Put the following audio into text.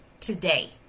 today